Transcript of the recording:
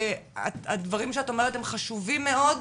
הדברים שאת אומרת הם חשובים מאוד,